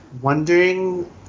wondering